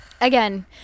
again